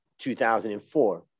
2004